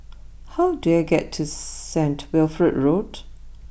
how do I get to Saint Wilfred Road